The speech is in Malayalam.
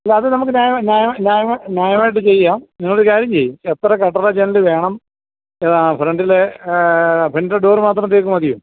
അല്ല അത് നമക്ക് ന്യായമായി ന്യായമായി ന്യായമായി ന്യായമായിട്ട് ചെയ്യാം നിങ്ങൾ ഒരു കാര്യം ചെയ്യൂ എത്ര കട്ടിള ജനൽ വേണം ഫ്രണ്ടിൽ ഫ്രണ്ടിൽ ഡോറ് മാത്രം തേക്ക് മതിയോ